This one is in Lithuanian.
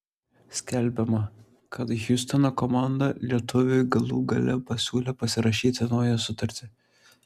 skelbiama kad hjustono komanda lietuviui galų gale pasiūlė pasirašyti naują sutartį